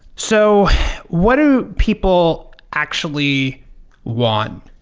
so what do people actually want?